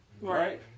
Right